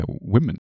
women